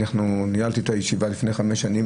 ניהלתי את הישיבה לפני חמש שנים,